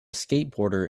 skateboarder